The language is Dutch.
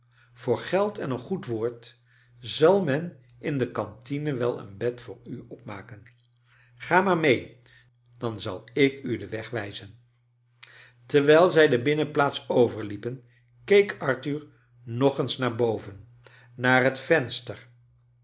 voor geld en een goed woord zal men in de cantine wel een bed voor u opmaken ga maar mee dan zal ik u den weg wij z en terwijl zij de binnenplaats overliepen keek arthur nog eens naar boven naar het venster